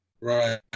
Right